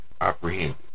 apprehended